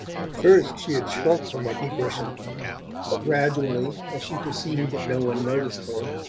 at first she had shrunk from recognition but gradually, as she perceived that no one noticed her,